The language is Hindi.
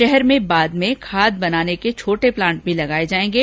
शहर में बाद में खाद बनाने के छोटे प्लांट भी लगाये जाएंगे